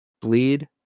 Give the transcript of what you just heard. Bleed